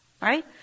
right